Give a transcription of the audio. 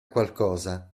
qualcosa